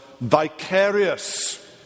vicarious